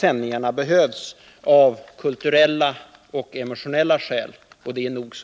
Sändningarna behövs av kulturella och emotionella skäl, och det är nog så